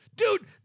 Dude